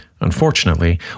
Unfortunately